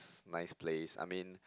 nice place I mean